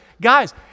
Guys